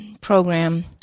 program